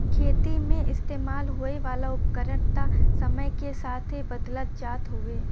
खेती मे इस्तेमाल होए वाला उपकरण त समय के साथे बदलत जात हउवे